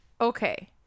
okay